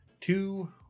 two